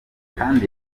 kandi